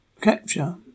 capture